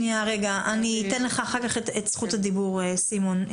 אני אתן לך אחר כך את זכות הדיבור סימון,